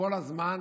וכל הזמן